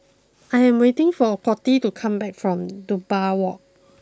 I am waiting for a Coty to come back from Dunbar walk